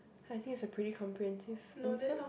I think is a pretty comprehensive answer